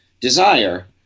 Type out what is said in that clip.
desire